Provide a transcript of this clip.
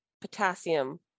potassium